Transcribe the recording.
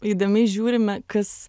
įdėmiai žiūrime kas